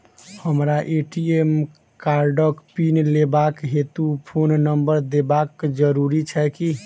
हमरा ए.टी.एम कार्डक पिन लेबाक हेतु फोन नम्बर देबाक जरूरी छै की?